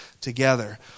together